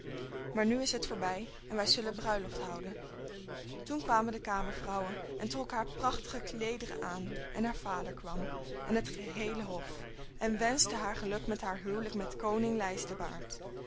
maar nu is het voorbij en wij zullen bruiloft houden toen kwamen de kamervrouwen en trokken haar prachtige kleederen aan en haar vader kwam en het geheele hof en wenschten haar geluk met haar huwelijk met koning